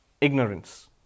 Ignorance